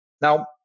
Now